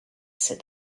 said